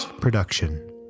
production